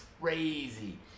crazy